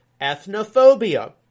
ethnophobia